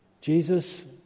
Jesus